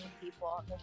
people